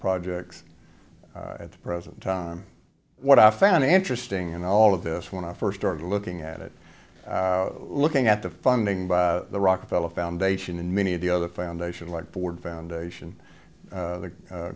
projects at the present time what i found interesting in all of this when i first started looking at it looking at the funding by the rockefeller foundation and many of the other foundation like ford foundation the